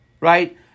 right